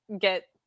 get